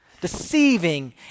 deceiving